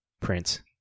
print